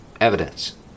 Evidence